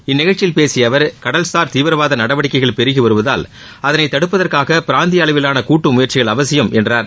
இந்நிகழ்ச்சியில் பேசிய அவர் ஊல்சார் தீவிரவாத நடவடிக்கைகள் பெருகி வருவதால் அதனை தடுப்பதற்காக பிராந்திய அளவிலான கூட்டு முயற்சிகள் அவசியம் என்றார்